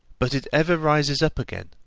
but it ever rises up again,